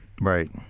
Right